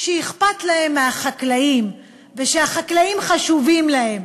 שאכפת להם מהחקלאים, ושהחקלאים חשובים להם.